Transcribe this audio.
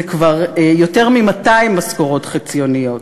זה כבר יותר מ-200 משכורות חציוניות.